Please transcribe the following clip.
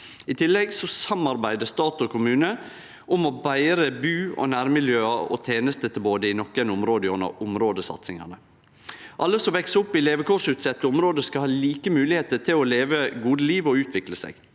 I tillegg samarbeider stat og kommune om å betre bu- og nærmiljøa og tenestetilbodet i nokre område gjennom områdesatsingane. Alle som veks opp i levekårsutsette område, skal ha like moglegheiter til å leve eit godt liv og utvikle seg.